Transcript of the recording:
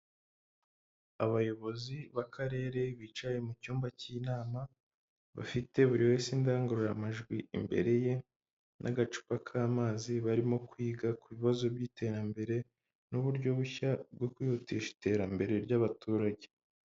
Abayobozi b'Akarere bicaye mu cyumba cy'inama, bafite buri wese indangururamajwi imbere ye n'agacupa k'amazi barimo kwiga ku bibazo by'iterambere n'uburyo bushya bwo kwihutisha iterambere ry'abaturage.